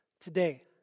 today